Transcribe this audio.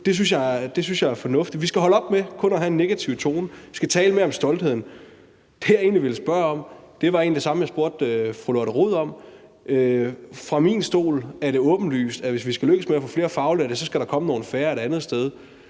Det synes jeg er fornuftigt. Vi skal holde op med kun at have en negativ tone, og vi skal tale mere om stoltheden. Det, jeg egentlig ville spørge om, var det samme, jeg spurgte fru Lotte Rod om. Fra min stol er det åbenlyst, at hvis vi skal lykkes med at få flere faglærte, skal der komme nogle færre et andet sted,